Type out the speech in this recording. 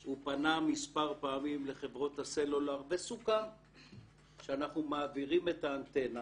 הוא פנה מספר פעמים לחברות הסלולר וסוכם שאנחנו מעבירים את האנטנה.